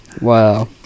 Wow